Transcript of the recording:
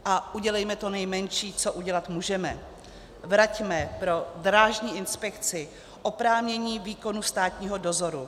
A udělejme to nejmenší, co udělat můžeme: vraťme pro Drážní inspekci oprávnění výkonu státního dozoru.